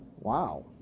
Wow